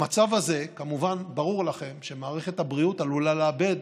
במצב הזה ברור לכם שמערכת הבריאות עלולה לאבד